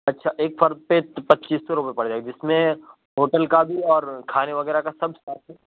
اچھا ایک فرد پہ پچیس سو روپئے پڑ جائے گا جس میں ہوٹل کا بھی اور کھانے وغیرہ کا سب ساتھ ہے